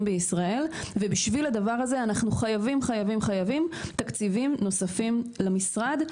בישראל ובשביל הדבר הזה אנחנו חייבים תקציבים נוספים למשרד.